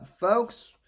folks